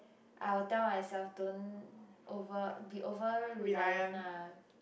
I'll tell myself don't over be over reliant ah